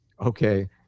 Okay